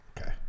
Okay